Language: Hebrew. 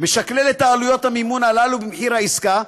משקלל את עלויות המימון הללו במחיר העסקה,